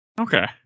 okay